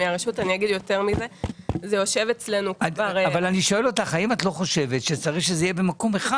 האם את לא חושבת שצריך שזה יהיה במקום אחד?